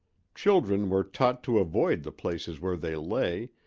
children were taught to avoid the places where they lay,